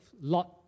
Lot